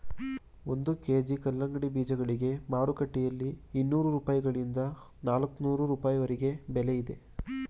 ಒಂದು ಕೆ.ಜಿ ಕಲ್ಲಂಗಡಿ ಬೀಜಗಳಿಗೆ ಮಾರುಕಟ್ಟೆಯಲ್ಲಿ ಇನ್ನೂರು ರೂಪಾಯಿಗಳಿಂದ ನಾಲ್ಕನೂರು ರೂಪಾಯಿವರೆಗೆ ಬೆಲೆ ಇದೆ